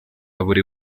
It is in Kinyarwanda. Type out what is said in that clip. buri